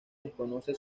desconoce